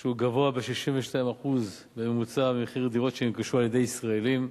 שהוא גבוה בכ-62% בממוצע ממחירי דירות שנרכשו על-ידי ישראלים.